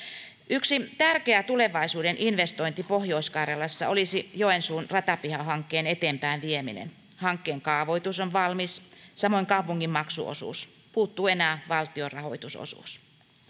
yksi tärkeä tulevaisuuden investointi pohjois karjalassa olisi joensuun ratapihahankkeen eteenpäin vieminen hankkeen kaavoitus on valmis samoin kaupungin maksuosuus puuttuu enää valtion rahoitusosuus